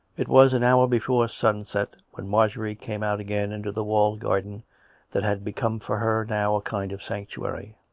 it was an hour before sunset when marjorie came out again into the walled garden that had become for her now a kind of sanctuary